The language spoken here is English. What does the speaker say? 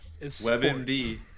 WebMD